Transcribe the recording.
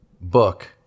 book